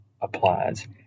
applies